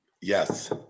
Yes